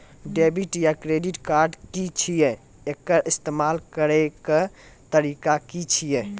Debit या credit card की छियै? एकर इस्तेमाल करैक तरीका की छियै?